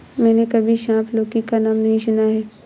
मैंने कभी सांप लौकी का नाम नहीं सुना है